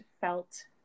felt